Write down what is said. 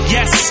Yes